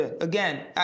Again